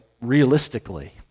realistically